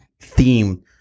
theme